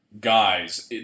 guys